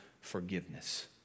forgiveness